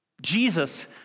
Jesus